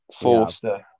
Forster